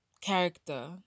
character